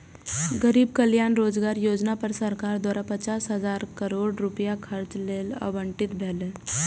गरीब कल्याण रोजगार योजना पर सरकार द्वारा पचास हजार करोड़ रुपैया खर्च लेल आवंटित भेलै